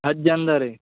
ಹತ್ತು ಜನ್ದ ರೀ